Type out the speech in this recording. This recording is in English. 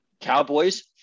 Cowboys